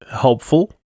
helpful